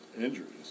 injuries